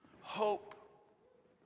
hope